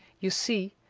you see,